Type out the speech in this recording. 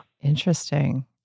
Interesting